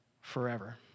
forever